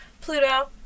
Pluto